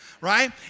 Right